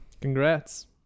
Congrats